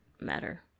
matter